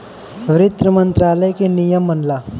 वित्त मंत्रालय के नियम मनला